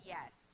Yes